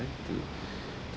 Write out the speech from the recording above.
to